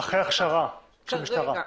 אחרי הסמכה של המשטרה.